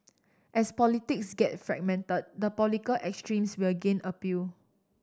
as politics get fragmented the political extremes will gain appeal